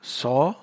saw